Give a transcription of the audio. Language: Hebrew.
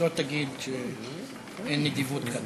שלא תגיד שאין נדיבות.